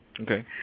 Okay